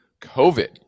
COVID